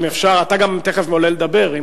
אתה תיכף עולה לדבר.